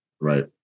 Right